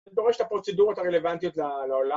זה דורש את הפרוצדורות הרלוונטיות לעולם